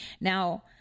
Now